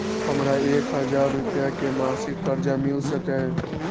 हमरा एक हजार रुपया के मासिक कर्जा मिल सकैये?